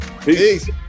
Peace